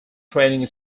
training